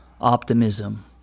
optimism